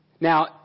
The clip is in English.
Now